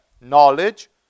knowledge